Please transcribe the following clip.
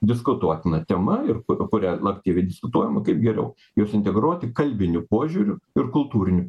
diskutuotina tema ir kuria laktyviai diskutuojama kaip geriau juos integruoti kalbiniu požiūriu ir kultūriniu